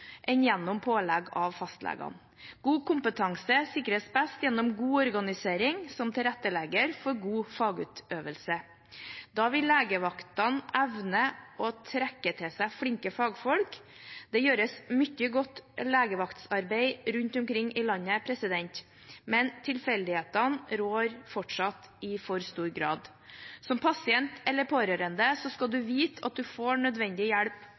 enn gjennom pålegg til fastlegene. God kompetanse sikres best gjennom god organisering som tilrettelegger for god fagutøvelse. Da vil legevaktene evne å trekke til seg flinke fagfolk. Det gjøres mye godt legevaktarbeid rundt omkring i landet, men tilfeldighetene rår fortsatt i for stor grad. Som pasient eller pårørende skal du vite at du får nødvendig hjelp